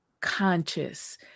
conscious